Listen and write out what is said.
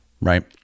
right